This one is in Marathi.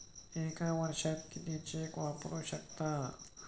एका वर्षात किती चेक वापरू शकता?